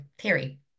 theory